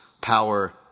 power